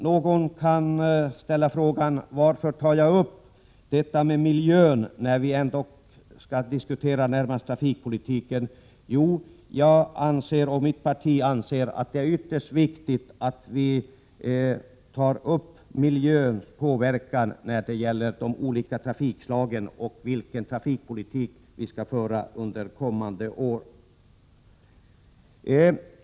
Någon kanske ställer frågan varför jag tar upp detta med miljön när vi skall diskutera närmast trafikpolitiken. Jo, jag och mitt parti anser att det är ytterst viktigt att ta upp miljöns påverkan när det gäller de olika trafikslagen och frågan om vilken trafikpolitik som skall föras under kommande år.